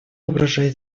угрожает